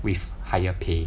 with higher pay